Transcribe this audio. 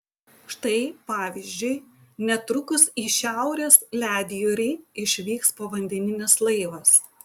štai pavyzdžiui netrukus į šiaurės ledjūrį išvyks povandeninis laivas